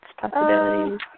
possibilities